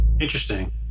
Interesting